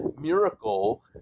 miracle